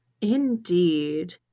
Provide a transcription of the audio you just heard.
indeed